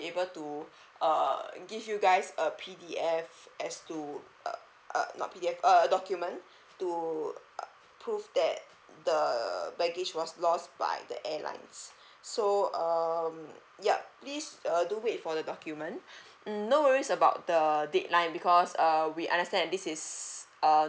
able to uh give you guys a P_D_F as to uh uh not P_D_F err document to uh prove that the baggage was lost by the airlines so um yup please uh do wait for the document um no worries about the deadline because err we understand that this is uh